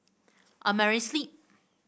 Amerisleep